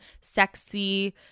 sexy